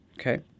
okay